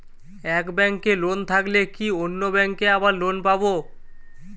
এক ব্যাঙ্কে লোন থাকলে কি অন্য ব্যাঙ্কে আবার লোন পাব?